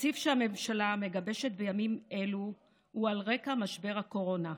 התקציב שהממשלה מגבשת בימים אלו הוא על רקע משבר הקורונה.